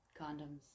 condoms